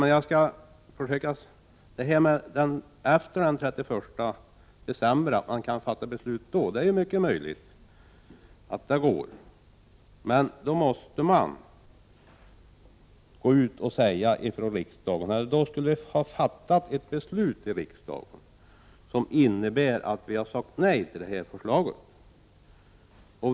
Det är mycket möjligt att man kan fatta beslut efter den 31 december. Men då måste man gå ut och säga att man har fattat ett beslut i riksdagen som innebär ett nej till förslaget.